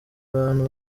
abantu